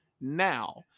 now